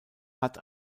hat